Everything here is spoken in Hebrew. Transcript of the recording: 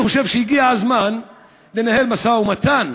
אני חושב שהגיע הזמן לנהל משא-ומתן,